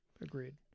Agreed